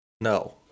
No